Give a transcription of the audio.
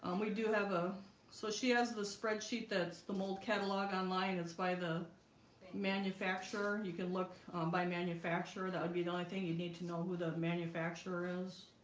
um we do have a so she has the spreadsheet that's the mold catalog online it's by the manufacturer you can look um by manufacturer that would be the only thing you need to know who the manufacturer is